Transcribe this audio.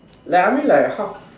like I mean like how